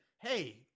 hey